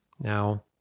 now